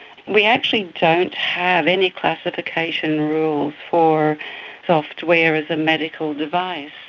we actually don't have any classification rules for software as a medical device.